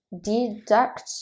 deduct